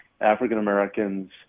African-Americans